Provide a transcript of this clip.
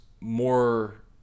more